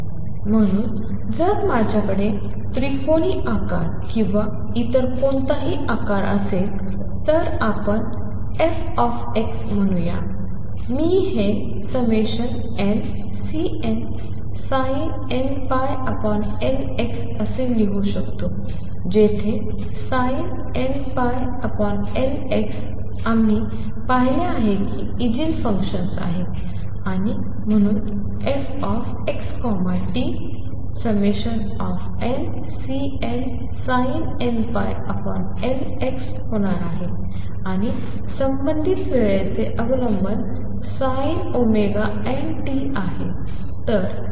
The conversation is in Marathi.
म्हणून जर माझ्याकडे त्रिकोणी आकार किंवा इतर कोणताही आकार असेल तर आपण f म्हणूया मी हे nCnsin nπLx असे लिहू शकतो जेथेsin nπLx आम्ही पाहिले की इगेन फंक्शन्स आहेत आणि म्हणून f x t nCnsin nπLx होणार आहे आणि संबंधित वेळेचे अवलंबन sinnt आहे